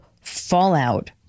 fallout